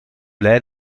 blij